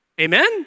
Amen